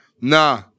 Nah